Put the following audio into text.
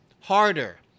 Harder